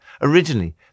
Originally